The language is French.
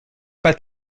pas